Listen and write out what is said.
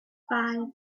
five